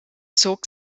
zog